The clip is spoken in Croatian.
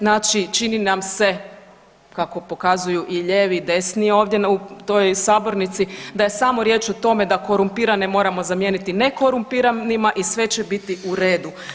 Znači čini nam se kako pokazuju i lijevi i desni ovdje u toj sabornici da je samo riječ o tome da korumpirane moramo zamijeniti nekorumpiranima i sve će biti u redu.